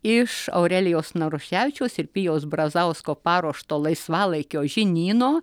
iš aurelijaus naruševičiaus ir pijaus brazausko paruošto laisvalaikio žinyno